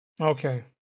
Okay